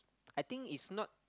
I think it's not